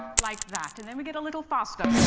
like that, and then we get a little faster